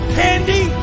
candy